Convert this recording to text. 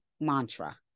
mantra